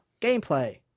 gameplay